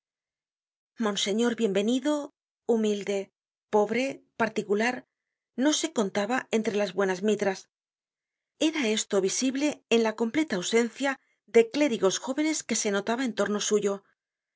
monseñor bienvenido humilde pobre particular no se contaba entre las buenas mitras era esto visible en la completa ausencia de clérigos jóvenes que se notaba en torno suyo ya